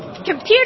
Computer